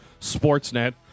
Sportsnet